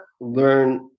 learn